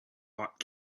bought